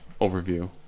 overview